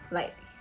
like